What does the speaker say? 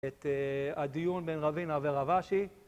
את הדיון בין רבינה ורבשי.